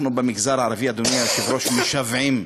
אנחנו, במגזר הערבי, אדוני היושב-ראש, משוועים,